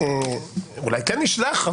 אולי כן נשלח,